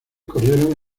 corrieron